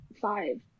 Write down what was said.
five